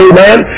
Amen